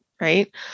right